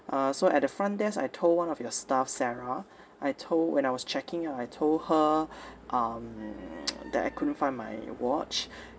uh so at the front desk I told one of your staff sarah I told when I was checking out I told her um that I couldn't find my watch